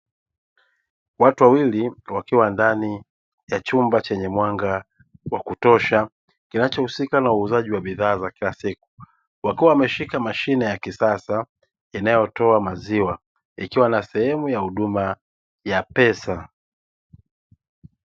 Watu wawili wakiwa ndani ya chumba chenye mwanga wa kutosha kinachohusika na uuzaji wa bidhaa za kilasiku wakiwa wameshika mashine ya kisasa inayotoa maziwa ikiwa na sehemu ya huduma ya pesa.